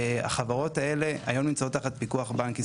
החברות האלו היום נמצאות תחת פיקוח בנק ישראל.